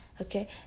okay